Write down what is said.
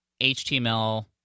HTML